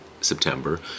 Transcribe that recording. September